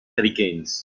hurricanes